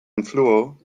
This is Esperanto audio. influo